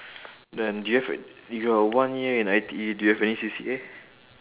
then do you have a~ your one year in I_T_E do you have any C_C_A